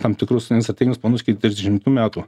tam tikrus strateginius planus iki trisdešimtų metų